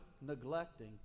neglecting